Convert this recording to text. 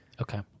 Okay